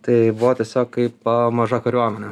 tai buvo tiesiog kaip maža kariuomenė